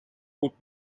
بود